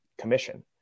commission